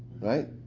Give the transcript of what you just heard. right